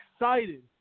excited